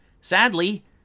Sadly